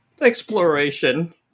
exploration